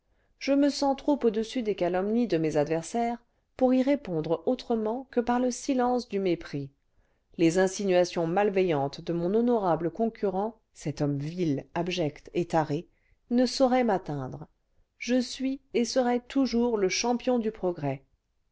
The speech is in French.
je me sens trop au-dessus des calomnies cle mes adversaires pour y répondre autrement que par le silence du mépris les insinuations malveillantes de mon honorable concurrent cet homme vil abject et taré ne sauraient m'atteindre je suis et serai toujours le champion du progrès